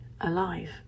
alive